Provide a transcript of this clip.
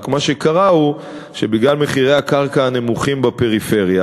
רק מה שקרה הוא שבגלל מחירי הקרקע הנמוכים בפריפריה,